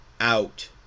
out